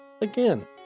Again